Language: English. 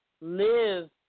live